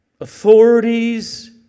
authorities